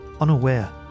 unaware